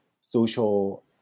social